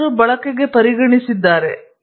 ಇತರವು ಬಳಕೆಗೆ ಪರಿಗಣಿಸಿವೆ